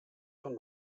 von